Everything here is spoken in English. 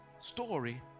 story